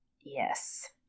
Yes